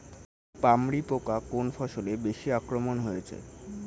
পামরি পোকা কোন ফসলে বেশি আক্রমণ হয়েছে?